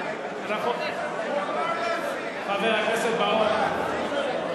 חבר הכנסת בר-און.